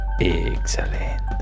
excellent